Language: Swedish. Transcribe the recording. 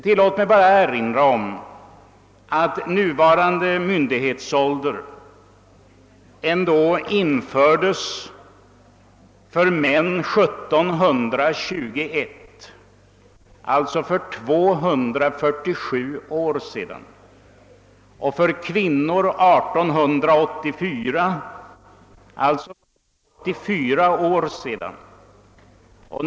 Tillåt mig endast erinra om att den myndighetsålder som nu gäller ändå infördes för män 1721, alltså för 247 år sedan, och för kvinnor 1884, alltså för 84 år sedan.